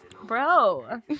Bro